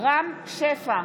רם שפע,